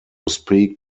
speak